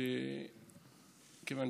כיוון